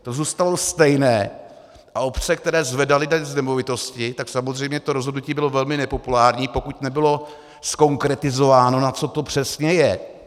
To zůstalo stejné a obce, které zvedaly daň z nemovitosti, tak samozřejmě to rozhodnutí bylo velmi nepopulární, pokud nebylo zkonkretizováno, na co to přesně je.